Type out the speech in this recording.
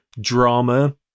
drama